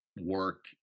work